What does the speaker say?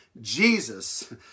Jesus